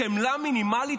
חמלה מינימלית,